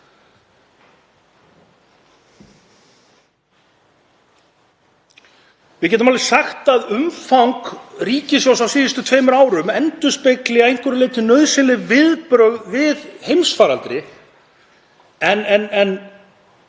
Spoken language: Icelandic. Við getum alveg sagt að umfang ríkissjóðs á síðustu tveimur árum endurspegli að einhverju leyti nauðsynleg viðbrögð við heimsfaraldri en það er